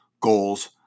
goals